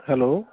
hello